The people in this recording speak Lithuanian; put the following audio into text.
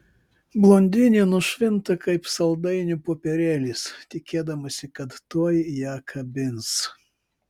blondinė nušvinta kaip saldainio popierėlis tikėdamasi kad tuoj ją kabins